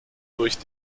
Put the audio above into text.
durch